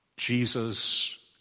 Jesus